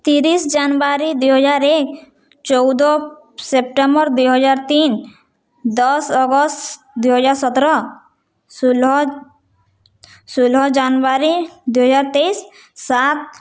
ତିରିଶି ଜାନୁଆରୀ ଦୁଇହଜାର ଏକ ଚଉଦ ସେପ୍ଟେମ୍ବର ଦୁଇହଜାର ତିନ ଦଶ ଅଗଷ୍ଟ ଦୁଇହଜାର ସତର ଷୋହଳ ଷୋହଳ ଜାନୁଆରୀ ଦୁଇ ହଜାର ତେଇଶି ସାତ